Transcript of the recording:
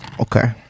Okay